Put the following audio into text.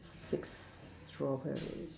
six strawberries